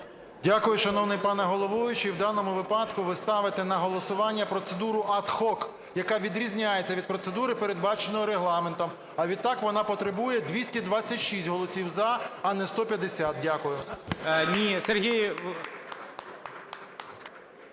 Дякую, шановний пане головуючий. В даному випадку ви ставите на голосування процедуру аd hoc, яка відрізняється від процедури, передбаченої Регламентом, а відтак вона потребує 226 голосів "за", а не 150. Дякую.